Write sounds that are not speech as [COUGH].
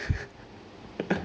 [LAUGHS]